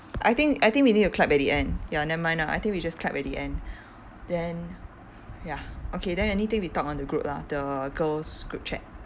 I think I think we need to clap at the end ya nevermind lah I think we just clap at the end then ya okay then anything we talk on the group lah the girls group chat